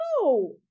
No